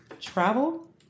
travel